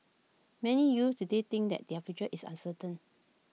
many youths today think that their future is uncertain